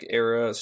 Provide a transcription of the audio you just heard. era